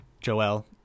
Joel